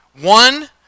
One